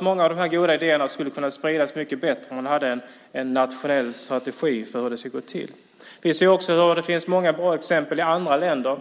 Många av dessa goda idéer kunde spridas mycket bättre om det fanns en nationell strategi för hur det ska gå till. Vi ser att det finns många bra exempel i andra länder.